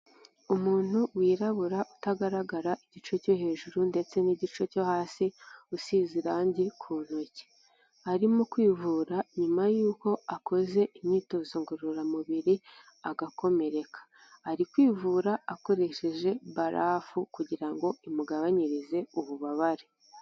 Umuntu wirabura utagaragara igice cyo hejuru ndetse n'igice cyo hasi usize irange ku ntoki, arimo kwivura nyuma y'uko akoze imyitozo ngororamubiri agakomereka, ari kwivura akoresheje barafu kugira ngo imugabanyirize ububabare.